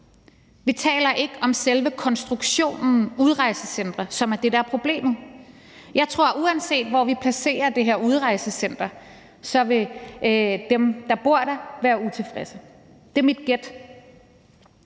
Vi taler ikke om selve konstruktionen med udrejsecentre, som er det, der er problemet. Jeg tror, at uanset hvor vi placerer det her udrejsecenter, så vil dem, der bor tæt på det, være utilfredse. Det er mit gæt.